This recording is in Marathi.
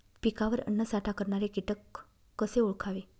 पिकावर अन्नसाठा करणारे किटक कसे ओळखावे?